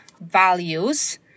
values